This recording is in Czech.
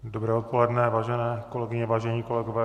Dobré odpoledne, vážené kolegyně, vážení kolegové.